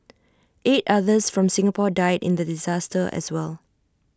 eight others from Singapore died in the disaster as well